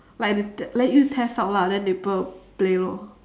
like you they let you test out lah then people will play lor